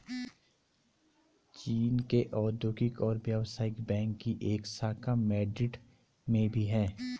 चीन के औद्योगिक और व्यवसायिक बैंक की एक शाखा मैड्रिड में भी है